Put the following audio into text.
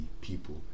people